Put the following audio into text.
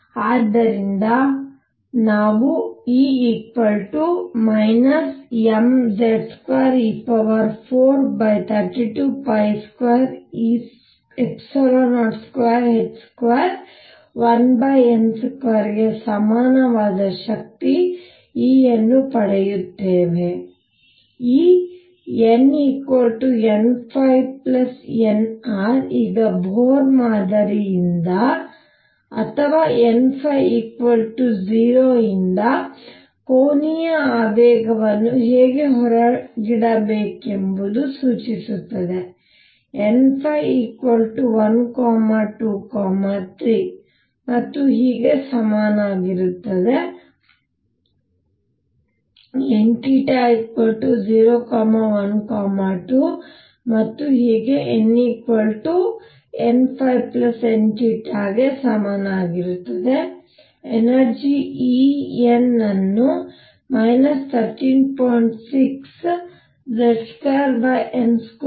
ಆದ್ದರಿಂದ ನಾವು E mZ2e43220221n2 ಗೆ ಸಮಾನವಾದ ಶಕ್ತಿ E ಅನ್ನು ಪಡೆಯುತ್ತೇವೆ ಈ n nnr ಈಗ ಬೋರ್ ಮಾದರಿಯಿಂದ ಅಥವಾ n0 ಯಿಂದ ಕೋನೀಯ ಆವೇಗವನ್ನು ಹೇಗೆ ಹೊರಗಿಡಬೇಕೆಂದು ಸೂಚಿಸುತ್ತದೆ ಮತ್ತು n 1 2 3 ಮತ್ತು ಹೀಗೆ ಸಮನಾಗಿರುತ್ತದೆ ಮತ್ತು n 0 1 2 ಮತ್ತು ಹೀಗೆ n nn ಗೆ ಸಮನಾಗಿರುತ್ತದೆ ಎನರ್ಜಿ En ಅನ್ನು 13